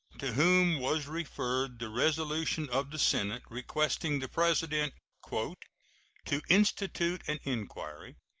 to whom was referred the resolution of the senate requesting the president to institute an inquiry,